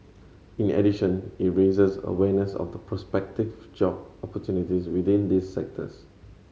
in addition it raises awareness of the prospective job opportunities within these sectors